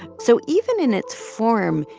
so even in its form,